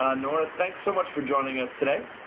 ah nora, thanks so much for joining us today.